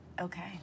Okay